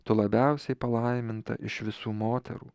tu labiausiai palaiminta iš visų moterų